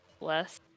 less